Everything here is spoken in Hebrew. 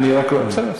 אני רק, בסדר.